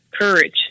courage